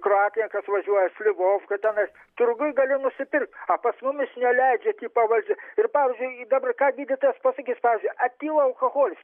kroatijan kas važiuoja slivovka tenais turguj gali nusipirkt pas mumis neleidžia tipa valdžia ir pavyzdžiui dabar ką gydytojas pasakis pavyzdžiui etila alkoholis